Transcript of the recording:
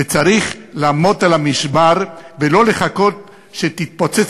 וצריך לעמוד על המשמר ולא לחכות שתתפוצץ